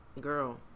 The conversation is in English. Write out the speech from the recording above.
Girl